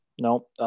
No